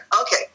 Okay